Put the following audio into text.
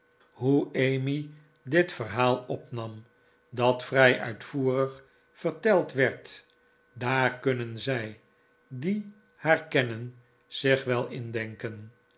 hoe emmy dit verhaal opnam dat vrij uitvoerig verteld werd daar kunnen zij die haar kennen zich wel indenken